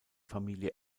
familie